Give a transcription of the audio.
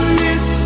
miss